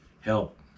help